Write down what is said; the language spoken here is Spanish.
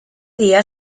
día